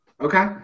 Okay